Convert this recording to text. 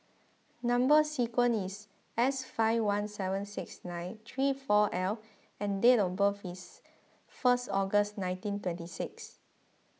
Number Sequence is S five one seven six nine three four L and date of birth is first August nineteen twenty six